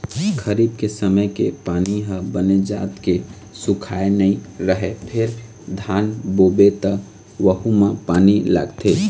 खरीफ के समे के पानी ह बने जात के सुखाए नइ रहय फेर धान बोबे त वहूँ म पानी लागथे